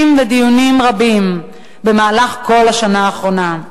ודיונים רבים במהלך כל השנה האחרונה.